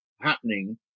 happening